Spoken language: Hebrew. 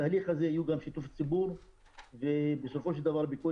בתהליך הזה יהיה גם שיתוף ציבור ובסופו של דבר בכל